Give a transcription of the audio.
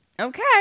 Okay